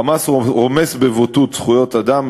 ה"חמאס" רומס בבוטות זכויות אדם,